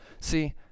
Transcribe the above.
see